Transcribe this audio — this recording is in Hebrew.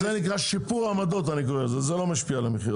זה נקרא שיפור עמדות, זה לא משפיע על המחיר.